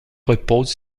repose